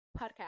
Podcast